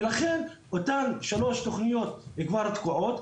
ולכן אותן שלוש תכניות כבר תקועות.